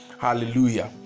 Hallelujah